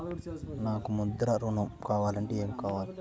నాకు ముద్ర ఋణం కావాలంటే ఏమి కావాలి?